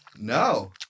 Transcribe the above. No